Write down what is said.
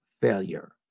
failure